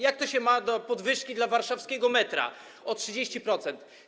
Jak to się ma do podwyżki dla warszawskiego metra o 30%?